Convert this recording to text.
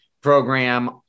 program